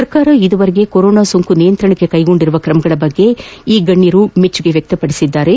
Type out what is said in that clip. ಸರ್ಕಾರ ಇದುವರೆಗೆ ಕೊರೋನಾ ಸೋಂಕು ನಿಯಂತ್ರಣಕ್ಕೆ ಕೈಗೊಂಡಿರುವ ಕ್ರಮಗಳ ಬಗ್ಗೆ ಈ ಗಣ್ಣರು ಮೆಚ್ಚುಗೆ ವ್ಯಕ್ಷಪಡಿಸಿದ್ದಾರೆ